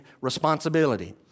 responsibility